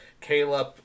Caleb